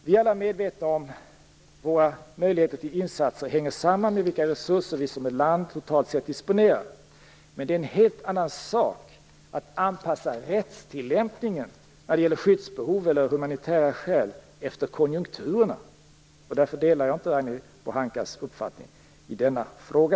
Vi är alla medvetna om att våra möjligheter till insatser hänger samman med vilka resurser vi som land totalt sett disponerar. Men det är en helt annan sak att anpassa rättstillämpningen när det gäller skyddsbehov eller humanitära skäl efter konjunkturerna. Därför delar jag inte Ragnhild Pohankas uppfattning i denna fråga.